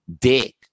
dick